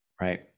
right